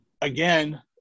again